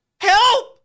Help